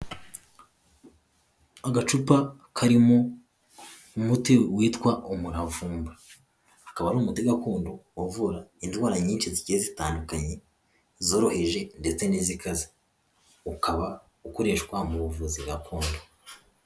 Agacupa karimo umuti witwa umuravumba akaba ari umuti gakondo uvura indwara nyinshi zigiye zitandukanye zoroheje ndetse n'izikaze ukaba ukoreshwa mu buvuzi gakondo.